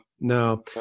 no